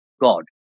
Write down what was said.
God